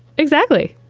exactly.